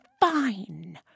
fine